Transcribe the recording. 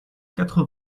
quatre